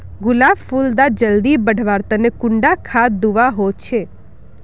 गुलाब फुल डा जल्दी बढ़वा तने कुंडा खाद दूवा होछै?